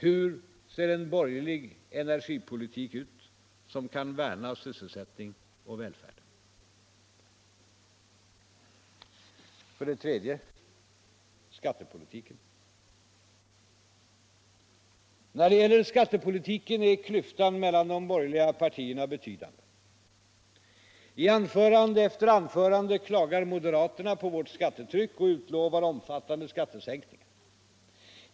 Hur ser en borgerlig energipolitik ut som kan värna sysselsättning och välfärd? När det gäller skattepolitiken är klyftan mellan de borgerliga partierna betydande. I anförande efter anförande klagar moderaterna över vårt skattetryck och utlovar omfattande skattesänkningar.